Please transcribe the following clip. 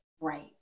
right